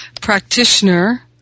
practitioner